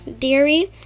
theory